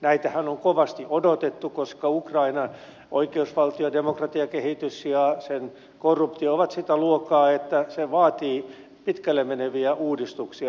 näitähän on kovasti odotettu koska ukrainan oikeusvaltio ja demokratiakehitys ja sen korruptio ovat sitä luokkaa että se vaatii pitkälle meneviä uudistuksia